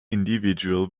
individual